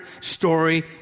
story